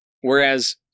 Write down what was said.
Whereas